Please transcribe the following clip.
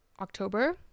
October